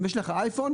אם יש לך אייפון,